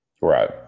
Right